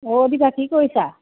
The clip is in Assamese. অ' দীপা কি কৰিছা